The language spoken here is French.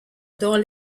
dont